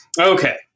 okay